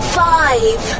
five